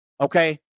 Okay